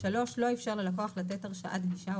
לא איפשר ללקוח לתת הרשאת גישה,